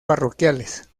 parroquiales